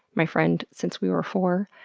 my friend since we were four.